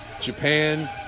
japan